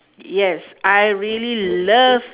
yes I really love